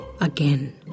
again